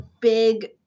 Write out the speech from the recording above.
big